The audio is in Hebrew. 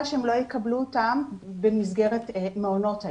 שהם לא יקבלו אותם במסגרת מעונות היום.